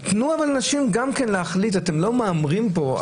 תנו לאנשים להחליט, אתם לא מהמרים פה.